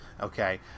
Okay